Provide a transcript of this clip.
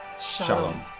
Shalom